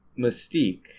Mystique